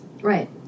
right